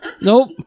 Nope